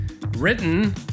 written